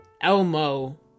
Elmo